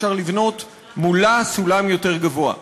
אפשר לבנות מולה סולם יותר גבוה.